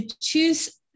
choose